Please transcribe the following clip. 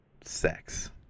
Sex